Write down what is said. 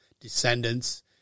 descendants